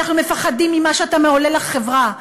אנחנו מפחדים ממה שאתה מעולל לחברה,